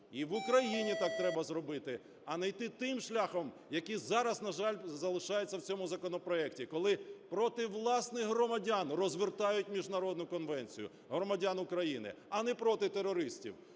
І в Україні так треба зробити. А не йти тим шляхом, який зараз, на жаль, залишається в цьому законопроекті, коли проти власних громадян розвертають міжнародну конвенцію громадян України, а не проти терористів.